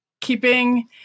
keeping